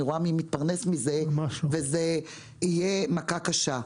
רואה מי מתפרנס מזה וזאת תהיה מכה קשה.